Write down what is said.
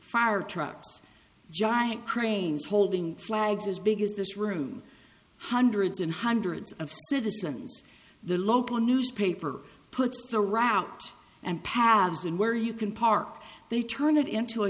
fire trucks giant cranes holding flags as big as this room hundreds and hundreds of citizens the local newspaper puts the route and paths and where you can park they turn it into a